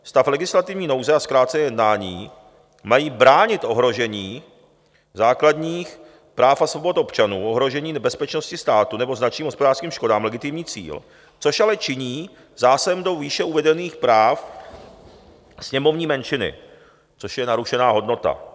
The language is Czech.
Stav legislativní nouze a zkrácené jednání mají bránit ohrožení základních práv a svobod občanů, ohrožení bezpečnosti státu nebo značným hospodářským škodám legitimní cíl, což ale činí zásahem do výše uvedených práv sněmovní menšiny, což je takzvaně narušená hodnota.